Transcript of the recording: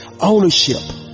ownership